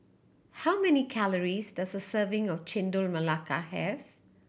how many calories does a serving of Chendol Melaka have